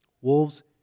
wolves